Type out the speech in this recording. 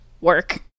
work